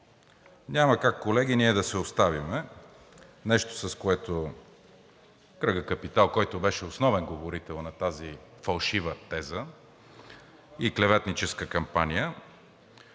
Няма как, колеги, ние да се оставим нещо, с което кръгът „Капитал“, който беше основен говорител на тази фалшива теза и клеветническа кампания,